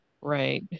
right